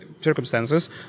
circumstances